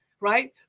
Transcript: right